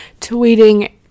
tweeting